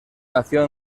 nació